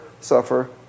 suffer